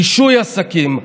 רישוי עסקים,